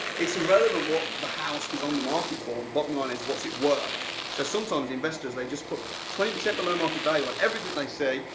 it's irrelevant what the house is on the market for. the bottom line is what's it worth. so sometimes investors, they just put twenty percent below market value on everything they see.